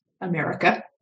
America